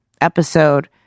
episode